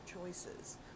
choices